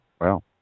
Wow